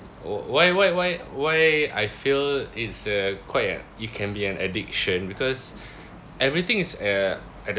oh why why why why I feel it's a quite ah it can be an addiction because everything is uh at